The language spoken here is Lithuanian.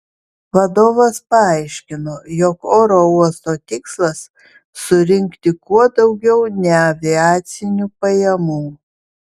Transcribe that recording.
vadovas paaiškino jog oro uosto tikslas surinkti kuo daugiau neaviacinių pajamų